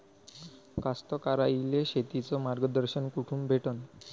कास्तकाराइले शेतीचं मार्गदर्शन कुठून भेटन?